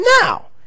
Now